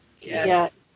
Yes